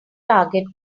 target